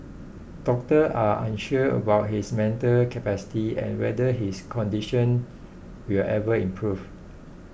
doctor are unsure about his mental capacity and whether his condition will ever improve